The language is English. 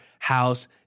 house